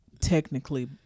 technically